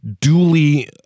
duly